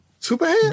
Superhead